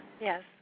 Yes